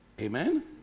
Amen